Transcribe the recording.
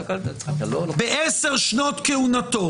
ב-10 שנות כהונתו,